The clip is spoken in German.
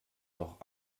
doch